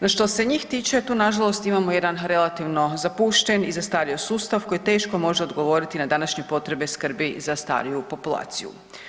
No što se njih tiče tu nažalost imamo jedan relativno zapušten i zastario sustav koji teško može odgovoriti na današnje potrebe skrbi za stariju populaciju.